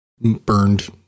burned